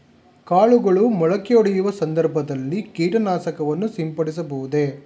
ಕಾಳುಗಳು ಮೊಳಕೆಯೊಡೆಯುವ ಸಂದರ್ಭದಲ್ಲಿ ಕೀಟನಾಶಕವನ್ನು ಸಿಂಪಡಿಸಬಹುದೇ?